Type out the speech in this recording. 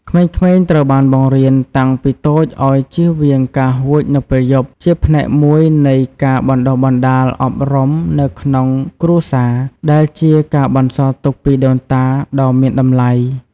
ក្មេងៗត្រូវបានបង្រៀនតាំងពីតូចឲ្យជៀសវាងការហួចនៅពេលយប់ ជាផ្នែកមួយនៃការបណ្ដុះបណ្ដាលអប់រំនៅក្នុងគ្រួសារ ដែលជាការបន្សល់ទុកពីដូនតាដ៏មានតម្លៃ។